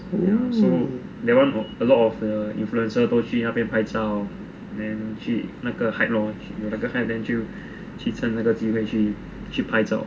ya so that one got a lot of influencer 都去那边拍照 then 去那个 hype launch 那个去趁那个机会去拍照